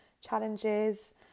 challenges